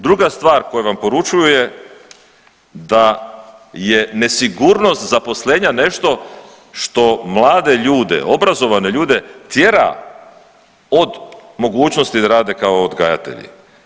Druga stvar koju vam poručuje da je nesigurnost zaposlenja nešto što mlade ljude i obrazovanje ljude tjera od mogućnosti da rade kao odgajatelji.